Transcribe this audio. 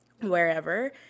wherever